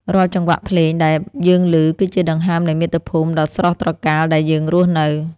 រាល់ចង្វាក់ភ្លេងដែលយើងឮ គឺជាដង្ហើមនៃមាតុភូមិដ៏ស្រស់ត្រកាលដែលយើងរស់នៅ។